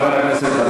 חבר הכנסת חזן,